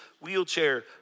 wheelchair